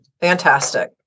Fantastic